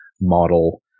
model